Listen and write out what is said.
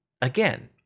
again